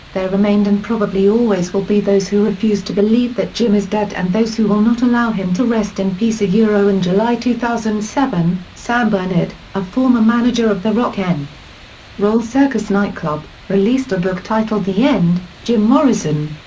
there remained and probably always will be those who refuse to believe that jim is dead and those who will not allow him to rest in peace. yeah in july two thousand and seven, sam bernett, a former manager of the rock n roll circus nightclub, released a book titled the end jim morrison.